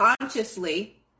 consciously